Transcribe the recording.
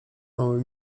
znały